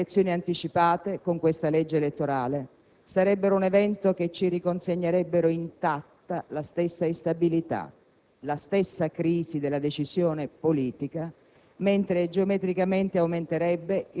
Ho molto apprezzato, in questi giorni e ancora oggi, l'insistere su questo punto di autorevoli esponenti dell'UDC, perché, al di là delle dichiarazioni ufficiali, nonostante le difficoltà, le differenze, le polemiche,